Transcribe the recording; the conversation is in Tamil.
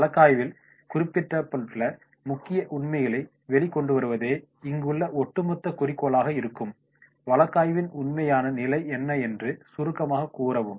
வழக்காய்வில் குறிக்கப்பட்டுள்ள முக்கிய உண்மைகளை வெளி கொண்டுவருவதே இங்குள்ள ஒட்டுமொத்த குறிக்கோளாக இருக்கும் வழக்காய்வின் உண்மையான நிலை என்ன என்று சுருக்கமாகக் கூறவும்